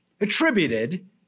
attributed